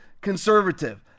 conservative